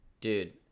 Dude